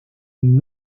une